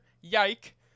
Yike